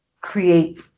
create